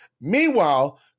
Meanwhile